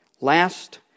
Last